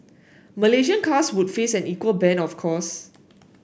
Malaysian cars would face an equal ban of course